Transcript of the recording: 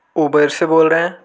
Uber से बोल रहे हैं